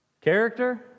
character